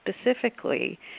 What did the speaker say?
specifically